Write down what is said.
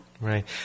Right